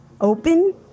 open